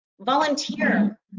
volunteer